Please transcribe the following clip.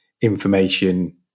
information